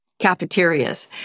cafeterias